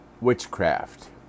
witchcraft